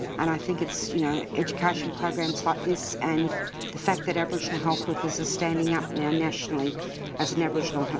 and i think it's you know education programs like this and the fact that aboriginal health workers are standing up now nationally as an aboriginal